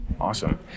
Awesome